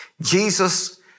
Jesus